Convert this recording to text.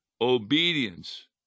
obedience